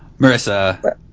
Marissa